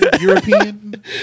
European